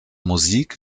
musik